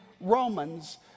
Romans